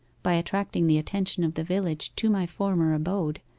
by attracting the attention of the village to my former abode,